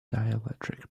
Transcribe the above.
dielectric